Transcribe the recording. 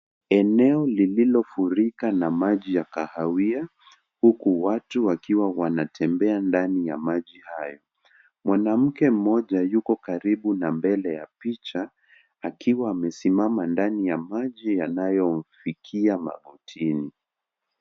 Eneo lililofurika na maji ya kahawia huku watu wakiwa wanatembea ndani ya maji hayo. Mwanamke mmoja yuko karibu na mbele ya picha, akiwa amesimama ndani ya maji yanayomfikia magotini.